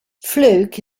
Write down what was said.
fluke